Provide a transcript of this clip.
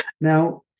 Now